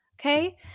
okay